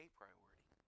priority